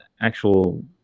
actual